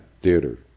theater